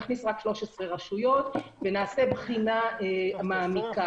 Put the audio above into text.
נכניס רק 13 רשויות ונעשה בחינה מעמיקה.